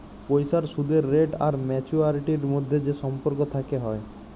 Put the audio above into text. পইসার সুদের রেট আর ম্যাচুয়ারিটির ম্যধে যে সম্পর্ক থ্যাকে হ্যয়